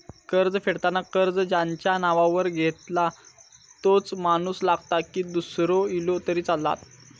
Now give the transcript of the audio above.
कर्ज फेडताना कर्ज ज्याच्या नावावर घेतला तोच माणूस लागता की दूसरो इलो तरी चलात?